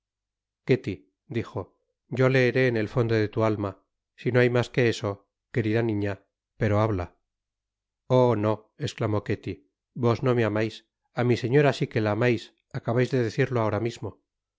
corona ketty dijo yo leeré en el fondo de lu alma si no hay mas que eso querida niña pero habla oh no esclamó ketly vos no me amais á mi señora si que la amais acabáis de decirlo ahora mismo